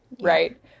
right